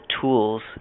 Tools